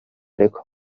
ariko